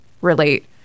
relate